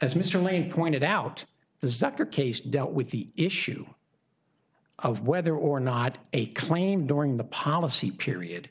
as mr lane pointed out the zucker case dealt with the issue of whether or not a claim during the policy period